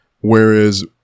whereas